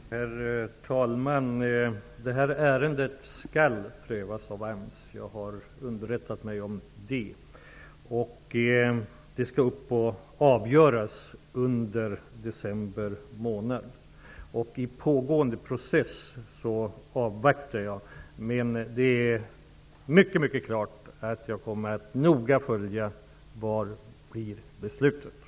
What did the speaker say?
Herr talman! Detta ärende skall prövas av AMS. Jag har underrättat mig om detta. Ärendet skall avgöras under december månad. Under pågående process avvaktar jag. Men det är mycket klart att jag noga kommer att följa vad beslutet blir.